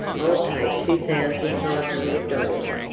i'll pay two thousand five hundred dollars.